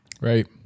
Right